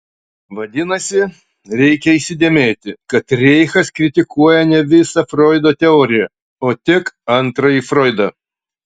vadinasi reikia įsidėmėti kad reichas kritikuoja ne visą froido teoriją o tik antrąjį froidą